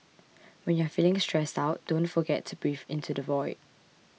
when you are feeling stressed out don't forget to breathe into the void